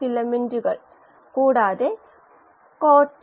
സബ്സ്ട്രടിന്റെ 0